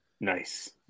Nice